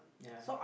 yeah